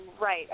right